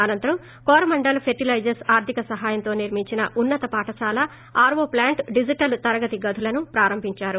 అనంతరం కోరమాండల్ ఫెర్లిలైజర్స్ ఆర్గిక సహాయంతో నిర్మించిన ఉన్నత పాఠశాల ఆర్ ఓ ప్లాంట్ డిజిటల్ తరగతి గదులను ప్రారంభిందారు